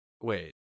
Wait